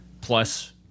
plus